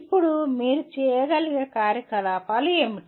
ఇప్పుడు మీరు చేయగలిగే కార్యకలాపాలు ఏమిటి